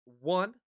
one